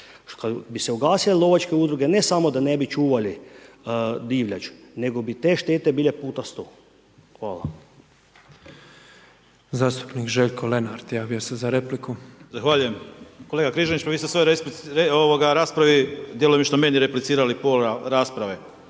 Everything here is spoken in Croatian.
Kad bi se ugasile lovačke udruge, ne samo da ne bi čuvali divljač, nego bi te štete bile puta 100. Hvala. **Petrov, Božo (MOST)** Zastupnik Željko Lenart, javio se za repliku. **Lenart, Željko (HSS)** Kolega Križanić, vi ste po svojoj raspravi djelomično meni replicirali pola rasprave.